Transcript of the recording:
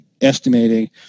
estimating